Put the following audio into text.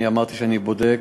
אני אמרתי שאני בודק.